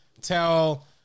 tell